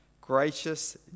gracious